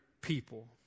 people